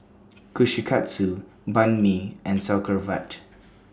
Kushikatsu Banh MI and Sauerkraut